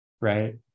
right